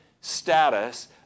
status